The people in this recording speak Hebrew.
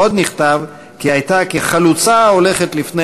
עוד נכתב כי הייתה "כחלוצה ההולכת לפני